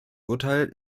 urteil